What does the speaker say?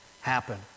happen